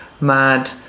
mad